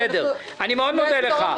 בסדר, אני מודה לך מאוד.